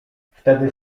wtedy